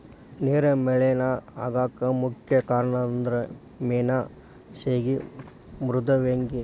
ನೇರ ಮಲೇನಾ ಆಗಾಕ ಮುಖ್ಯ ಕಾರಣಂದರ ಮೇನಾ ಸೇಗಿ ಮೃದ್ವಂಗಿ